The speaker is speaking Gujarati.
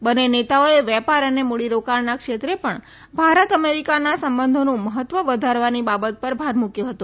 બંને નેતાઓએ વેપાર અને મૂડીરોકાણના ક્ષેત્રે પણ ભારત અમેરિકાના સંબંધોનું મહત્વ વધારવાની બાબત પર ભાર મૂક્વો હતો